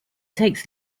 takes